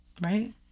right